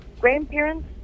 grandparents